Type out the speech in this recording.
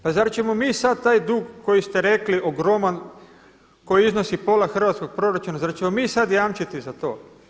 Pa zar ćemo mi sada taj dug koji ste rekli ogroman koji iznosi pola hrvatskog proračuna zar ćemo mi sada jamčiti za to?